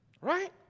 Right